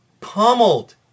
pummeled